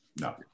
No